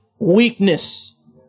weakness